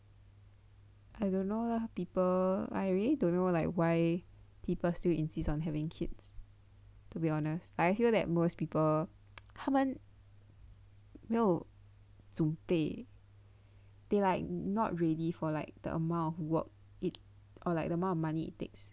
I don't know lah people I really don't know like why people still insist on having kids to be honest I feel that most people 他们没有准备 they like not ready for like the amount of work it or like the amount of money it takes